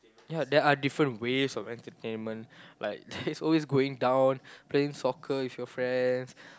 ya there are different ways of entertainment like there's always going down playing soccer with your friends